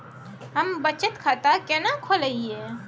हम बचत खाता केना खोलइयै?